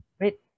Wait